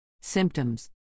Symptoms